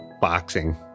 boxing